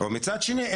מצד שני,